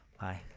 Bye